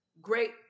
great